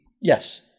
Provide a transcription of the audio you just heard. Yes